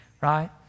Right